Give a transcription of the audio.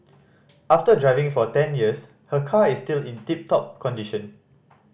after driving for ten years her car is still in tip top condition